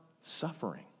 suffering